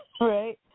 right